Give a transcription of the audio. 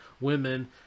women